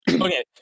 Okay